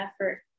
effort